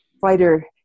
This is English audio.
fighter